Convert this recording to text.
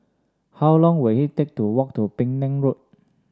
how long will it take to walk to Penang Road